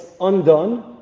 undone